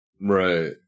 Right